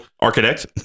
Architect